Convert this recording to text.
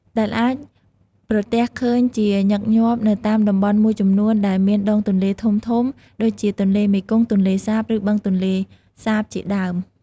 ដែលអាចប្រទះឃើញជាញឹកញាប់នៅតាមតំបន់មួយចំនួនដែលមានដងទន្លេធំៗ ដូចជាទន្លេមេគង្គ ទន្លេសាប ឬបឹងទន្លេសាបជាដើម។